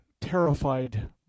terrified